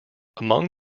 among